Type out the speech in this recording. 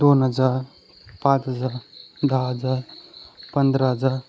दोन हजार पाच हजार दहा हजार पंधरा हजार